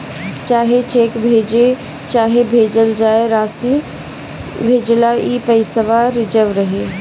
चाहे चेक भजे चाहे भेजल जाए, रासी भेजेला ई पइसवा रिजव रहे